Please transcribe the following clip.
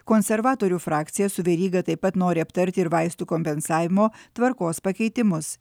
konservatorių frakcija su veryga taip pat nori aptarti ir vaistų kompensavimo tvarkos pakeitimus